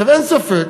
אין ספק,